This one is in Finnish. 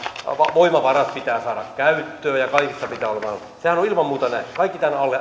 voimavarat pitää saada käyttöön ja kaikissa pitää olla toimintaa sehän on ilman muuta näin kaikki tämän